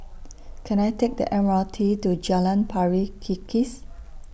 Can I Take The M R T to Jalan Pari Kikis